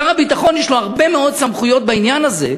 שר הביטחון, יש לו הרבה מאוד סמכויות בעניין הזה,